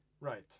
Right